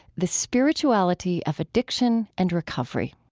the spirituality of addiction and recovery.